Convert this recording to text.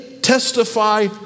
testify